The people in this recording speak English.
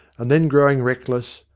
and then growing reckless,